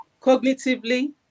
Cognitively